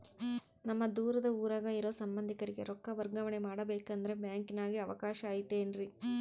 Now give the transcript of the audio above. ನಮ್ಮ ದೂರದ ಊರಾಗ ಇರೋ ಸಂಬಂಧಿಕರಿಗೆ ರೊಕ್ಕ ವರ್ಗಾವಣೆ ಮಾಡಬೇಕೆಂದರೆ ಬ್ಯಾಂಕಿನಾಗೆ ಅವಕಾಶ ಐತೇನ್ರಿ?